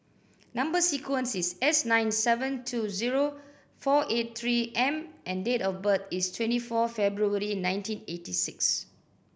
number sequence is S nine seven two zero four eight Three M and date of birth is twenty four February nineteen eighty six